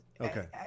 Okay